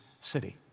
city